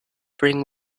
bring